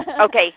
Okay